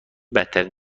بدترین